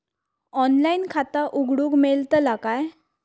Online खाता उघडूक मेलतला काय?